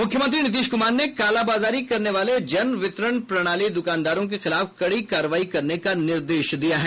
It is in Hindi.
मुख्यमंत्री नीतीश कुमार ने कालाबाजारी करने वाले जन वितरण प्रणाली द्कानदारों के खिलाफ कड़ी कार्रवाई करने का निर्देश दिया है